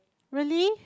really